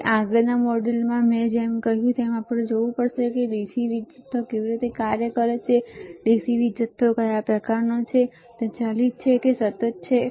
તેથી આગળના મોડ્યુલમાં જેમ મેં કહ્યું તેમ આપણે જોવું પડશે કે dc વીજ જથ્થો કેવી રીતે કાર્ય કરે છે અને dc વીજ જથ્થો કયા પ્રકારનો છે તે dc ચલિત છે કે તે સતત છે